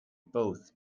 both